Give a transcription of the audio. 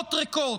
סיסמאות ריקות,